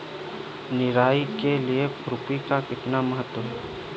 निराई के लिए खुरपी का कितना महत्व होता है?